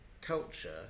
culture